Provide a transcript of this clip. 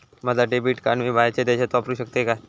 माझा debit card मी बाहेरच्या देशात वापरू शकतय काय?